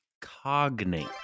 cognate